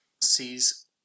sees